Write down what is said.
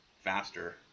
faster